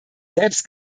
selbst